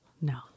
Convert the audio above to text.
No